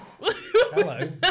Hello